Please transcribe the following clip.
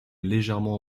légèrement